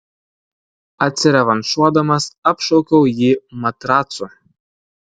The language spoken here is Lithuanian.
atsirevanšuodamas apšaukiau jį matracu